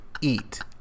eat